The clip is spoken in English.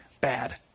bad